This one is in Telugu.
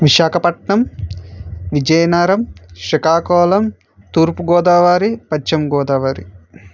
విశాఖపట్నం విజయనగరం శ్రీకాకుళం తూర్పుగోదావరి పశ్చిమగోదావరి